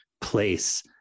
place